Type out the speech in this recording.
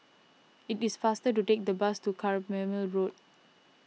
it is faster to take the bus to Carpmael Road